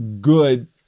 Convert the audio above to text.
good